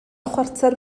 chwarter